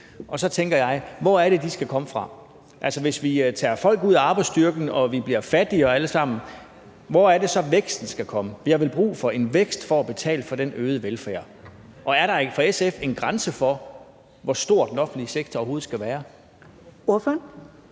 Og så tænker jeg: Hvor er det, de skal komme fra? Hvis vi tager folk ud af arbejdsstyrken og vi bliver fattigere alle sammen, hvor er det så, væksten skal komme fra? Vi har vel brug for en vækst for at betale for den øgede velfærd, og er der for SF en grænse for, hvor stor den offentlige sektor overhovedet skal være?